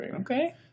Okay